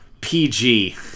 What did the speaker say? pg